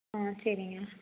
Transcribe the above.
ஆ சரிங்க